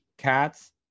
cats